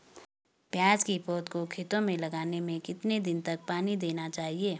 प्याज़ की पौध को खेतों में लगाने में कितने दिन तक पानी देना चाहिए?